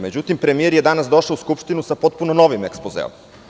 Međutim, premijer je danas došao u Skupštinu sa potpuno novim ekspozeom.